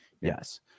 Yes